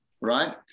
right